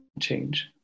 change